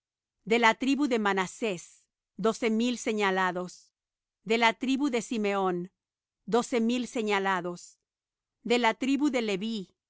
de la tribu de manasés doce mil señalados de la tribu de simeón doce mil señalados de la tribu de leví